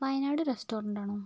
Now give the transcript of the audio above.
Wayanad restaurant ആണോ